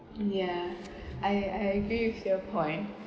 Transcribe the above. yeah I I agree with your point